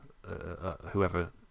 whoever